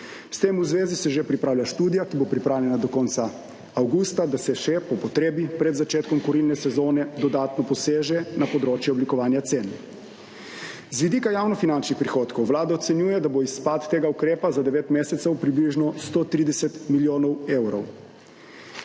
s tem se že pripravlja študija, ki bo pripravljena do konca avgusta, da se še, po potrebi, pred začetkom kurilne sezone dodatno poseže na področje oblikovanja cen. Z vidika javnofinančnih prihodkov Vlada ocenjuje, da bo izpad tega ukrepa za 9 mesecev približno 130 milijonov evrov.